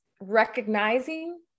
recognizing